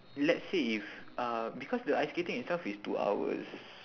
let's say if uh because the ice skating itself is two hours